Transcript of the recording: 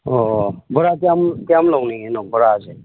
ꯑꯣ ꯑꯣ ꯕꯣꯔꯥ ꯀꯌꯥꯝꯃꯨꯛ ꯀꯌꯥꯝ ꯂꯧꯅꯤꯡꯉꯤꯅꯣ ꯕꯣꯔꯥꯁꯦ